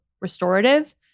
restorative